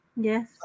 Yes